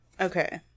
Okay